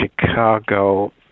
Chicago